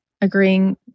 agreeing